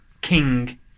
king